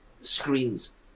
screens